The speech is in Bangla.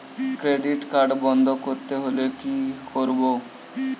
ক্রেডিট কার্ড বন্ধ করতে হলে কি করব?